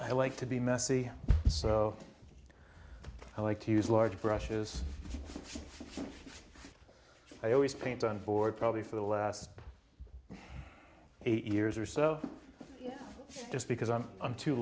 i like to be messy so i like to use large brushes i always paint on board probably for the last eight years or so just because i'm